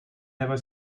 never